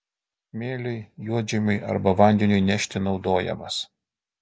smėliui juodžemiui arba vandeniui nešti naudojamas